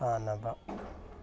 ꯁꯥꯟꯅꯕ